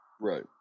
Right